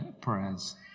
prayers